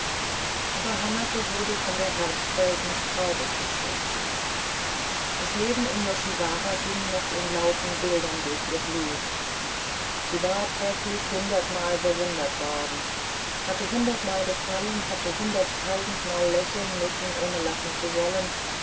aber hanake wurde von der herbstwelt nicht traurig gestimmt das leben im yoshiwara ging noch in lauten bildern durch ihr blut sie war täglich hundertmal bewundert worden hatte hundertmal gefallen hatte hunderttausendmal lachen müssen ohne lachen zu wollen